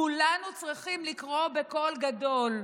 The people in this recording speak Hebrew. כולנו צריכים לקרוא בקול גדול: